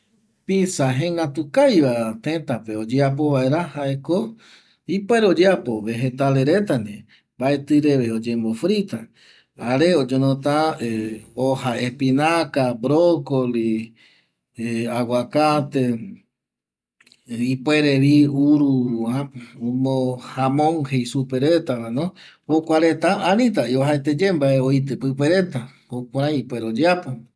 Pizza jengatu kaviva tëtape oyeapo vaera jaeko ipuere oyeapo vegetale reta ndie mbaetƚreve oyembo frita jare oñonota hoja espinaka, brokoli, agukate ipuerevi urujamou jei superetavano jokua reta anitavi oajaeteye mbae oitƚ pƚpe reta jukurai ipuere oyeapo